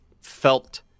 felt